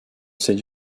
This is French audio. cette